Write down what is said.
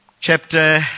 chapter